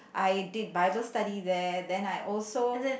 I did bible study there then I also